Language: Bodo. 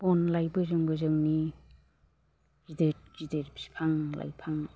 बन लाइ बोजों बोजोंनि गिदिर गिदिर बिफां लाइफां